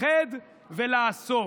לפחד ולעשות.